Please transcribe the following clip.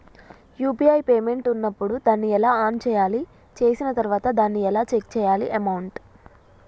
UPI payment ఉన్నప్పుడు దాన్ని ఎలా ఆన్ చేయాలి? చేసిన తర్వాత దాన్ని ఎలా చెక్ చేయాలి అమౌంట్?